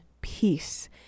peace